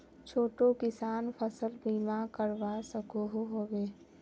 छोटो किसान फसल बीमा करवा सकोहो होबे?